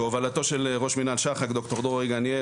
בהובלתו של ראש מינהל שח"ק ד"ר דרורי גניאל,